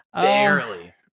Barely